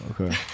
Okay